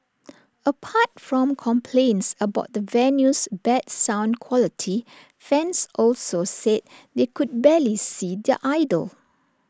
apart from complaints about the venue's bad sound quality fans also said they could barely see their idol